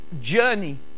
journey